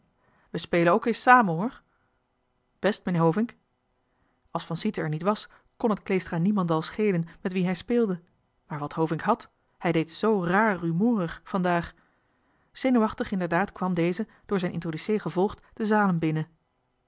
spelen ook eens samen hoor best meneer hovink als van sieten er niet was kon het kleestra niemendal schelen met wien hij speelde maar wat hovink had hij deed zoo rààr rumoerig vandaag zenuwachtig inderdaad kwam deze door zijn introducee gevolgd de zalen binnen